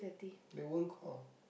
they won't call